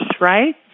right